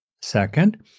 Second